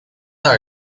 are